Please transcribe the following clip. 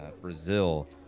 Brazil